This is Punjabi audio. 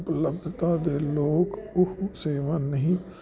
ਉਪਲੱਬਧਤਾ ਦੇ ਲੋਕ ਉਹ ਸੇਵਾ ਨਹੀਂ